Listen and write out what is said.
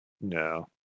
No